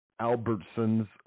Albertsons